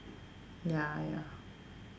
ya ya